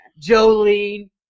Jolene